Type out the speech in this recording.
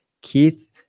Keith